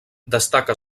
destaca